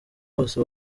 bose